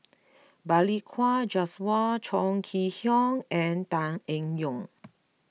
Balli Kaur Jaswal Chong Kee Hiong and Tan Eng Yoon